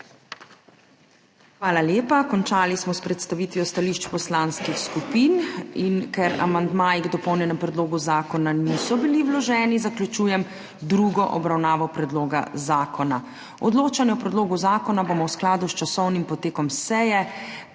Hvala lepa. Končali smo s predstavitvijo stališč poslanskih skupin in ker amandmaji k dopolnjenemu predlogu zakona niso bili vloženi, zaključujem drugo obravnavo predloga zakona. Odločanje o predlogu zakona bomo v skladu s časovnim potekom seje